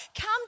come